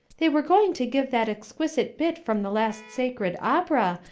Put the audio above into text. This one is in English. they were going to give that exquisite bit from the last sacred opera,